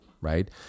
right